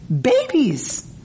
babies